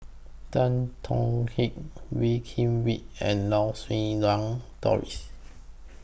Tan Tong Hye Wee Kim Wee and Lau Siew Lang Doris